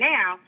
Now